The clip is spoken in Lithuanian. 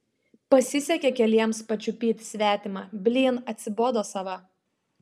pasisekė keliems pačiupyt svetimą blyn atsibodo sava